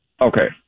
Okay